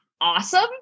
awesome